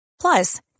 Plus